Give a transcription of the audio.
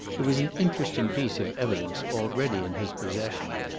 there was an interesting piece of evidence already in his possession.